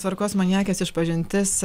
tvarkos maniakės išpažintis